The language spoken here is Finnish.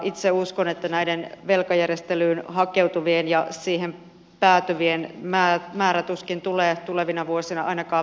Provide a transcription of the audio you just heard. itse uskon että velkajärjestelyyn hakeutuvien ja siihen päätyvien määrä tuskin tulee tulevina vuosina ainakaan vähenemään